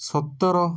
ସତର